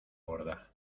borda